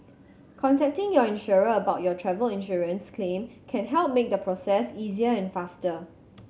contacting your insurer about your travel insurance claim can help make the process easier and faster